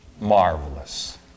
marvelous